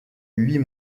huit